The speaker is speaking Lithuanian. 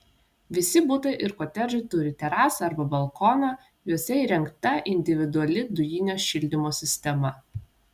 visi butai ir kotedžai turi terasą arba balkoną juose įrengta individuali dujinio šildymo sistema